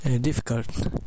difficult